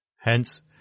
Hence